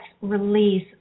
release